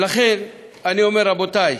ולכן אני אומר, רבותי,